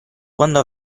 quando